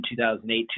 2008